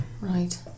Right